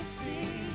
see